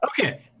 Okay